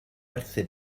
werthu